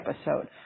episode